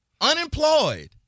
unemployed